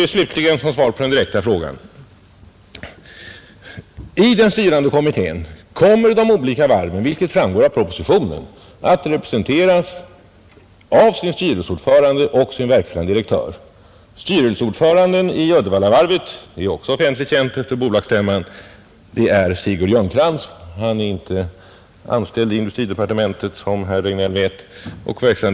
Slutligen som svar på den direkta frågan: I den styrande kommittén kommer — vilket framgår av propositionen — de olika varven att representeras av sina styrelseordförande och verkställande direktörer. Styrelseordföranden i Uddevallavarvet är, vilket är offentligt känt efter bolagsstämman, Sigurd Ljungcrantz; han är inte anställd i industridepartementet, som herr Regnéll torde veta.